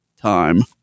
time